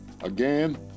Again